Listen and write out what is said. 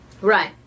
Right